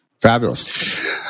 Fabulous